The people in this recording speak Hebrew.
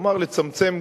כלומר לצמצם